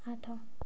ଆଠ